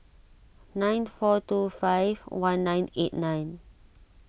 nine four two five one nine eight nine